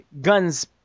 guns